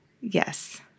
Yes